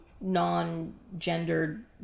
non-gendered